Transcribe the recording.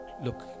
look